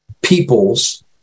peoples